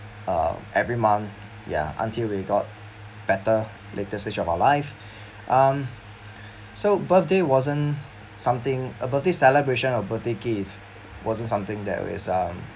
uh every month ya until we got better later stage of our life um so birthday wasn't something a birthday celebration of birthday gift wasn't something that we some